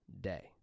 day